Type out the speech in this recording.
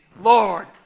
Lord